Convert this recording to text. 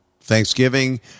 Thanksgiving